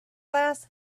last